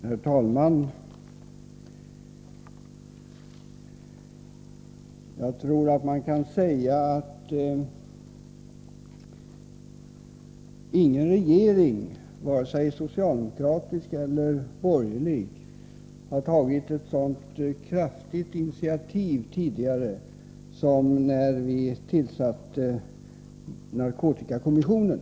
Herr talman! Jag tror att man kan säga att ingen regering, varken socialdemokratisk eller borgerlig, tidigare har tagit ett så kraftfullt initiativ på narkotikaområdet som när vi tillsatte narkotikakommissionen.